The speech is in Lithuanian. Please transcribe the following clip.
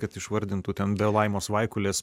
kad išvardintų ten be laimos vaikulės